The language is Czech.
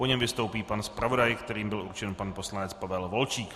Po něm vystoupí pan zpravodaj, kterým byl určen pan poslanec Pavel Volčík.